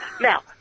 Now